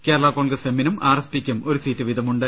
കേരള കോൺഗ്രസ് എമ്മിനും R S പിക്കും ഒരു സീറ്റ് വീതമുണ്ട്